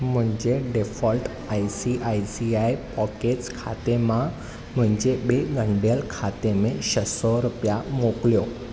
मुंहिंजे default I C I C I pockets खाते मां मुंहिंजे ॿिए ॻंढियल खाते में छह रुपिया मोकिलियो